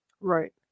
Right